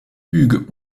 hugues